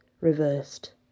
reversed